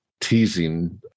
teasing